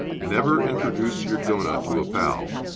never introduce your donah to a pal.